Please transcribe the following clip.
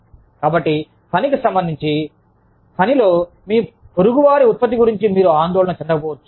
కాబట్టి పనికి సంబంధించి పనిలో మీ పొరుగువారి ఉత్పత్తి గురించి మీరు ఆందోళన చెందకపోవచ్చు